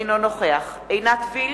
אינו נוכח עינת וילף,